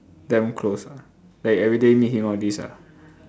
damn close ah like everyday meet him all this ah